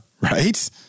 right